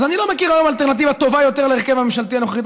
אז אני לא מכיר היום אלטרנטיבה טובה יותר להרכב הממשלתי הנוכחי.